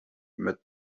met